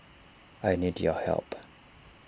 I need your help